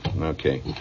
okay